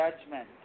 judgment